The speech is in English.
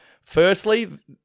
Firstly